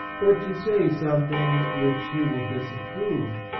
or to say some thing which he will disapprove,